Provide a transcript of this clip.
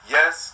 Yes